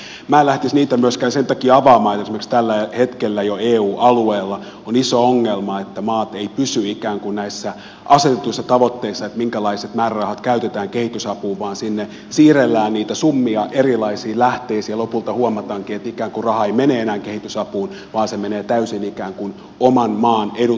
minä en lähtisi niitä myöskään sen takia avaamaan että esimerkiksi jo tällä hetkellä eu alueella on iso ongelma se että maat eivät pysy ikään kuin näissä asetetuissa tavoitteissa minkälaiset määrärahat käytetään kehitysapuun vaan sinne siirrellään niitä summia erilaisiin lähteisiin ja lopulta huomataankin että ikään kuin raha ei mene enää kehitysapuun vaan se menee täysin ikään kuin oman maan edun tavoitteluun